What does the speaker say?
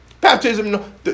Baptism